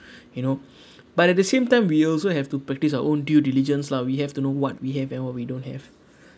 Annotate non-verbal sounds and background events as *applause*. *breath* you know *breath* but at the same time we also have to practise our own due diligence lah we have to know what we have and what we don't have